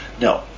no